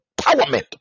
empowerment